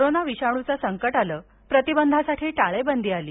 corona विषाणूचं संकट आलं प्रतिबंधासाठी टाळेबंदी आली